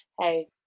Hey